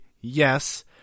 yes